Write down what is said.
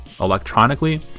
electronically